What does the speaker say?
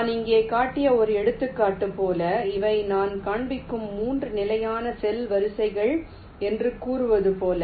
நான் இங்கே காட்டிய ஒரு எடுத்துக்காட்டு போல இவை நான் காண்பிக்கும் மூன்று நிலையான செல் வரிசைகள் என்று கூறுவது போல